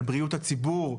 על בריאות הציבור,